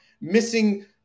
missing